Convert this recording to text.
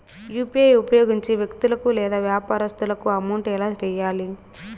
UPI ఉపయోగించి వ్యక్తులకు లేదా వ్యాపారస్తులకు అమౌంట్ ఎలా వెయ్యాలి